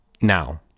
Now